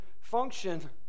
function